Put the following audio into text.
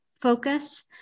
focus